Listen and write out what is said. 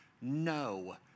no